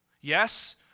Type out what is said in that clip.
Yes